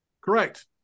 Correct